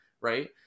right